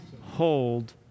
Hold